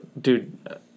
Dude